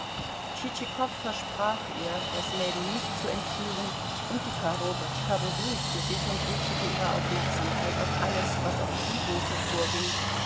tschitschikow versprach ihr das mädel nicht zu entführen und die korobotschka beruhigte sich und richtete ihre aufmerksamkeit auf alles was auf ihrem hofe vorging